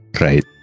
right